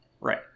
Right